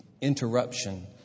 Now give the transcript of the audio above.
interruption